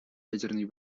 ядерной